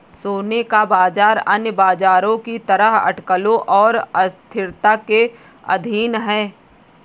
सोने का बाजार अन्य बाजारों की तरह अटकलों और अस्थिरता के अधीन है